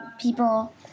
people